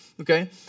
okay